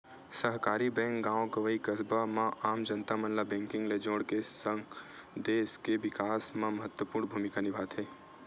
सहकारी बेंक गॉव गंवई, कस्बा म आम जनता मन ल बेंकिग ले जोड़ के सगं, देस के बिकास म महत्वपूर्न भूमिका निभाथे